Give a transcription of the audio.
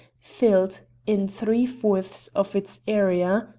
filled, in three-fourths of its area,